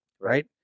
right